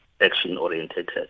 action-oriented